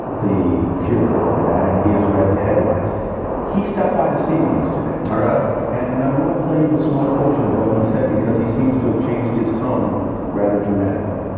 the furor over that and he has read the headlines he stopped by to see me yesterday corrupt and i want to play you a small portion of what he said because he seems to have changed his tone rather dramatically